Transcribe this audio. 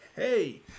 Hey